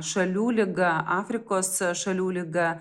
šalių liga afrikos šalių liga